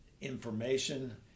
information